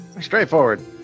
straightforward